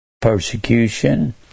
persecution